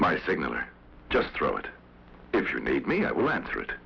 my signal just throw it if you need me i went through it